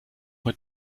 mit